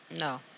No